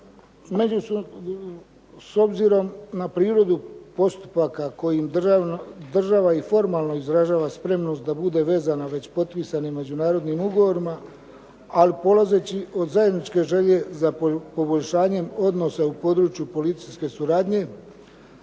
povezanost. S obzirom na prirodu postupaka kojim država i formalno izražava spremnost da bude vezana već potpisanim međunarodnim ugovorima ali polazeći od zajedničke želje za poboljšanjem odnosa u području policijske suradnje